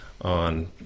on